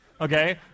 Okay